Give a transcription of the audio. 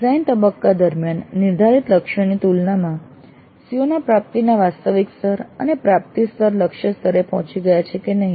design તબક્કા દરમિયાન નિર્ધારિત લક્ષ્યોની તુલનામાં CO ના પ્રાપ્તિના વાસ્તવિક સ્તર અને પ્રાપ્તિ સ્તર લક્ષ્ય સ્તરે પહોંચી ગયા છે કે નહિ